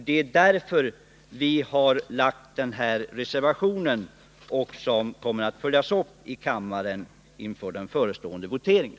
Det är därför som vi avgivit den här reservationen, som kommer att följas upp i kammaren vid den förestående voteringen.